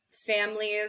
families